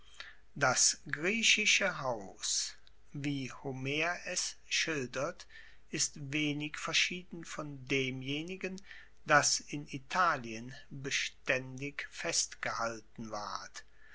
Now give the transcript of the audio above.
das griechische haus wie homer es schildert ist wenig verschieden von demjenigen das in italien bestaendig festgehalten ward